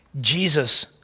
Jesus